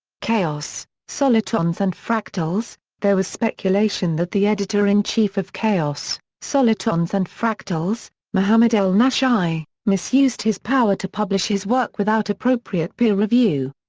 chaos, solitons and fractals there was speculation that the editor-in-chief of chaos, solitons and fractals, mohamed el naschie, misused his power to publish his work without appropriate peer review.